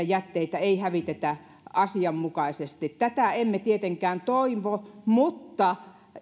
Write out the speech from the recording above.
jätteitä ei hävitetä asianmukaisesti tätä emme tietenkään toivo mutta